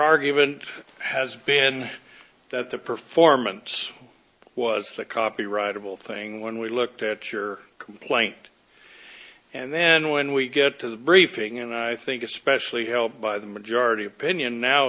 argument has been that the performance was the copyrightable thing when we looked at your complaint and then when we get to the briefing and i think especially held by the majority opinion now